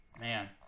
man